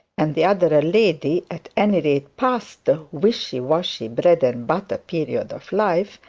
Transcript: and the other a lady at any rate past the wishy-washy bread-and-butter period of life,